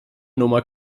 nummer